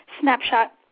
snapshot